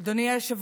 חוששת,